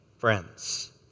Friends